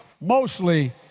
Mostly